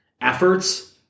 efforts